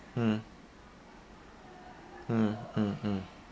mm mm mm mm